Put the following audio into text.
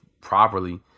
properly